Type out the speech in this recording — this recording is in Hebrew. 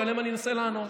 שעליהן אני אנסה לענות.